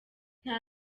nta